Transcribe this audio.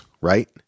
right